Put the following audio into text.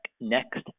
next